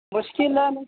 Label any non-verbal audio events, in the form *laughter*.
مشکل *unintelligible*